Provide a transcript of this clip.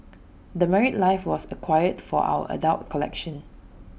the married life was acquired for our adult collection